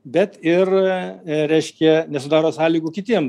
bet ir reiškia nesudaro sąlygų kitiem